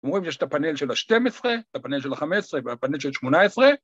‫אתם רואים שיש את הפאנל של ה-12, ‫הפאנל של ה-15 והפאנל של ה-18?